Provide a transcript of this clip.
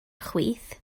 chwith